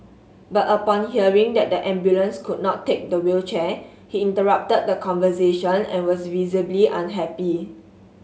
but upon hearing that the ambulance could not take the wheelchair he interrupted the conversation and was visibly unhappy